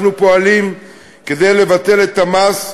אנחנו פועלים לבטל את המס,